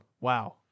wow